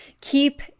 Keep